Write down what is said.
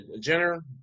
Jenner